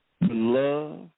Love